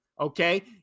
Okay